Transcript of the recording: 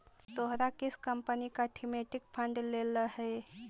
तोहरा किस कंपनी का थीमेटिक फंड लेलह हे